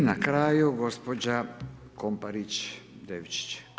I na kraju gospođa Komparić Devčić.